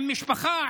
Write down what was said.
עם משפחה,